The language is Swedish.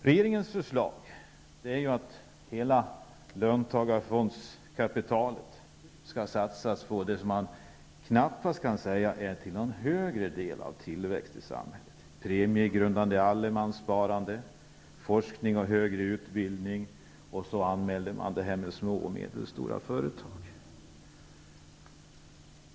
Regeringens förslag innebär att hela löntagarfondskapitalet skall satsas på det som man knappast kan säga leder till någon större tillväxt i samhället -- premiegrundande allemanssparande, forskning och högre utbildning -- och sedan anmäler man detta med små och medelstora företag.